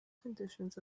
conditions